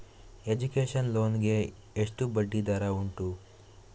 Education loan ಗೆ ಎಷ್ಟು ಬಡ್ಡಿ ದರ ಉಂಟು?